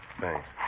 Thanks